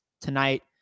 tonight